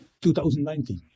2019